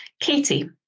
Katie